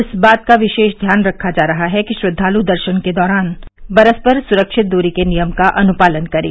इस बात का विशेष ध्यान रखा जा रहा है कि श्रद्वालु दर्शन के दौरान परस्पर सुरक्षित दूरी के नियम का अनुपालन करें